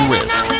risk